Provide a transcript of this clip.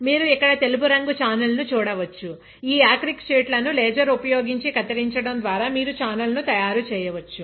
మీరు ఇక్కడ తెలుపు రంగు ఛానెల్ ను చూడవచ్చు ఈ యాక్రిలిక్ షీట్లను లేజర్ ఉపయోగించి కత్తిరించడం ద్వారా మీరు ఛానెల్ ను తయారు చేయవచ్చు